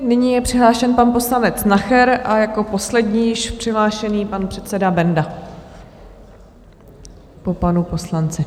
Nyní je přihlášen pan poslanec Nacher a jako poslední již přihlášený pan předseda Benda po panu poslanci.